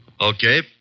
Okay